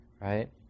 right